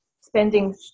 spending